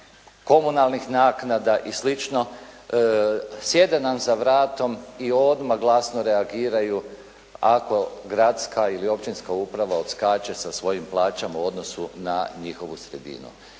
komunalnih naknada i slično sjede nam za vratom i odmah glasno reagiraju ako gradska ili općinska uprava odskače sa svojim plaćama u odnosu na njihovu sredinu.